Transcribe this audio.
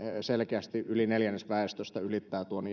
selkeästi yli neljännes väestöstä ylittää tuon